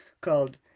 called